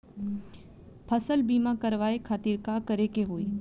फसल बीमा करवाए खातिर का करे के होई?